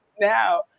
now